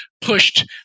pushed